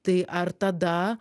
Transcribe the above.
tai ar tada